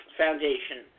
foundation